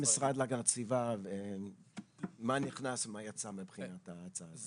המשרד להגנת הסביבה מה נכנס ומה יצא מבחינת ההצעה הזאת.